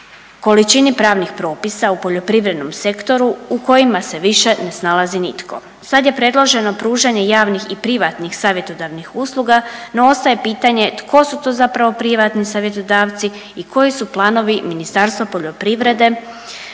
količini pravnih propisa u poljoprivrednom sektoru u kojemu se više ne snalazi nitko. Sad je predloženo pružanje javnih i privatnih savjetodavnih usluga, no ostaje pitanje tko su to zapravo privatni savjetodavci i koji su planovi Ministarstva poljoprivrede